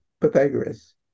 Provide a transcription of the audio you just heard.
Pythagoras